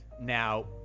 now